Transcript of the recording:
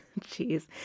Jeez